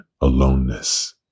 aloneness